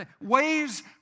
Ways